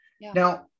now